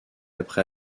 après